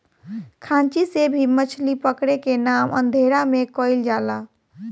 खांची से भी मछली पकड़े के काम अंधेरा में कईल जाला